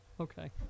Okay